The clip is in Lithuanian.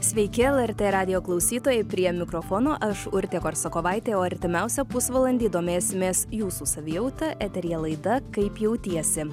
sveiki lrt radijo klausytojai prie mikrofono aš urtė korsakovaitė o artimiausią pusvalandį domėsimės jūsų savijauta eteryje laida kaip jautiesi